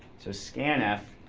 so scanf,